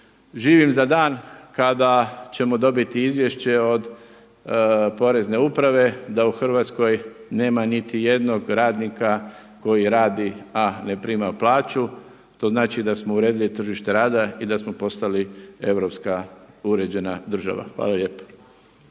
Živim za dan kada ćemo dobiti izvješće od Porezne uprave da u Hrvatskoj nema niti jednog radnika koji radi a ne primaju plaću. To znači da smo uredili tržište rada i da smo postali europska uređena država. Hvala lijepo.